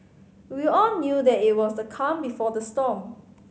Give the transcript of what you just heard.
we all knew that it was the calm before the storm